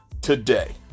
today